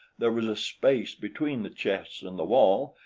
there was a space between the chests and the wall,